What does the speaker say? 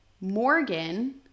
Morgan